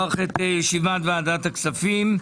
אני פותח את ישיבת ועדת הכספים.